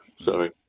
Sorry